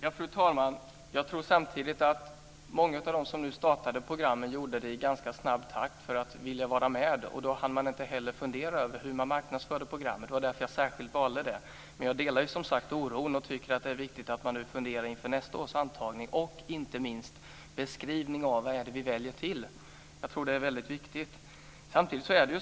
Fru talman! Jag tror samtidigt att många av dem som startade programmen gjorde det i ganska snabb takt för att hinna vara med. Då hann man inte fundera över hur man marknadsförde programmet. Det var därför jag särskilt valde det. Jag delar oron och tycker att det viktigt att man funderar inför nästa års antagning. Det är inte minst viktigt med beskrivningen av vad det är man väljer till.